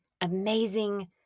amazing